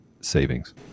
savings